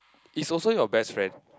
is also your best friend